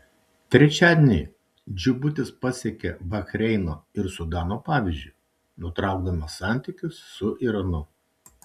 trečiadienį džibutis pasekė bahreino ir sudano pavyzdžiu nutraukdamas santykius su iranu